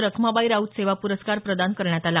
रखमाबाई राऊत सेवा पुरस्कार प्रदान करण्यात आला